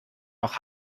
noch